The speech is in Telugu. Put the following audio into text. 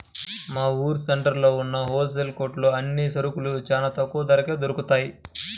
మా ఊరు సెంటర్లో ఉన్న హోల్ సేల్ కొట్లో అన్ని సరుకులూ చానా తక్కువ ధరకే దొరుకుతయ్